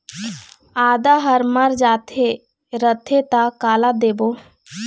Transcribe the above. आदा हर मर जाथे रथे त काला देबो?